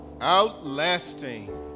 Outlasting